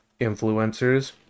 influencers